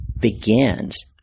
begins